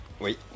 Oui